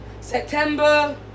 September